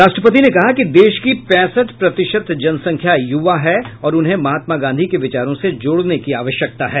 राष्ट्रपति ने कहा कि देश की पैंसठ प्रतिशत जनसंख्या युवा है और उन्हें महात्मा गांधी के विचारों से जोड़ने की आवश्यकता है